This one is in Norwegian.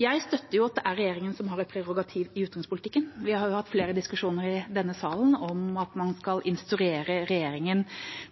Jeg støtter at det er regjeringen som har et prerogativ i utenrikspolitikken. Vi har hatt flere diskusjoner i denne salen om at man kan instruere regjeringen